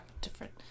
Different